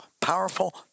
powerful